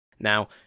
Now